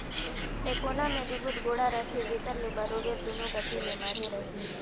टेकोना मे दूगोट गोड़ा रहथे जेकर ले बरोबेर दूनो कती ले माढ़े रहें